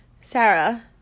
sarah